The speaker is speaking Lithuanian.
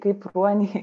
kaip ruoniai